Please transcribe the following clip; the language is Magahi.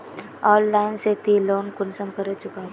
ऑनलाइन से ती लोन कुंसम करे चुकाबो?